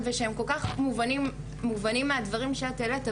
והם כל כך מובנים מהדברים שאת העלית,